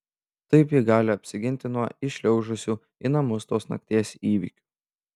taip ji gali apsiginti nuo įšliaužusių į namus tos nakties įvykių